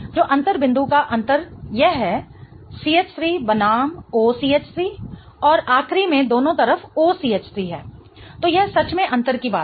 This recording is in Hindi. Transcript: तो अंतर बिंदु का अंतर यह है CH3 बनाम OCH3 और आखिरी में दोनों तरफ OCH3 है तो यह सच में अंतर की बात है